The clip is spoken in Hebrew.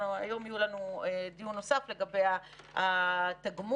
היום יהיה לנו דיון נוסף לגבי התגמול